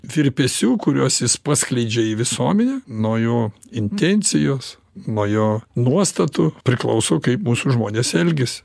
virpesių kuriuos jis paskleidžia į visuomenę nuo jo intencijos nuo jo nuostatų priklauso kaip mūsų žmonės elgiasi